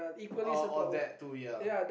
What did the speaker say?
uh or that to ya